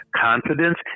confidence